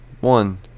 one